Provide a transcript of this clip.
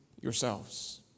yourselves